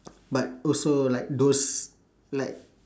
but also like those like